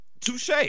Touche